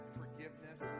forgiveness